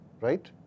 right